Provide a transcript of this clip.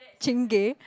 Chingay